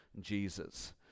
Jesus